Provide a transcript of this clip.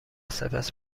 سپس